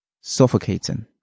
suffocating